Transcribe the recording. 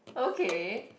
okay